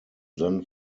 then